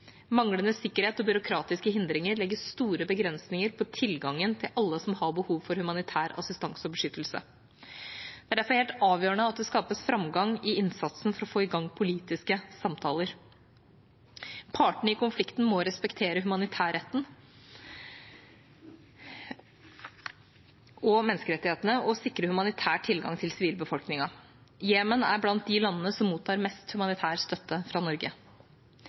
Manglende sikkerhet og byråkratiske hindringer legger store begrensninger på tilgangen til alle som har behov for humanitær assistanse og beskyttelse. Det er derfor helt avgjørende at det skapes framgang i innsatsen for å få i gang politiske samtaler. Partene i konflikten må respektere humanitærretten og menneskerettighetene og sikre humanitær tilgang til sivilbefolkningen. Jemen er blant de landene som mottar mest humanitær støtte fra Norge.